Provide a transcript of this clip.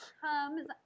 comes